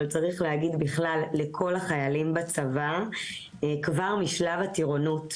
אבל צריך להגיד בכלל לכל החיילים בצבא כבר משלב הטירונות.